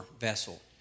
vessel